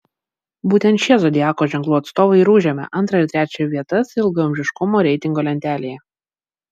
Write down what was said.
būtent šie zodiako ženklų atstovai ir užėmė antrą ir trečią vietas ilgaamžiškumo reitingo lentelėje